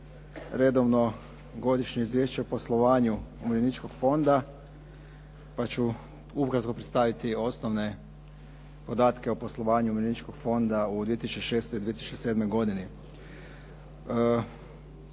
redovno godišnje izvješće o poslovanju umirovljeničkog fonda pa ću ukratko predstaviti osnovne podatke o poslovanju umirovljeničkog fonda u 2006. i 2007. godini.